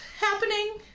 happening